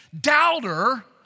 doubter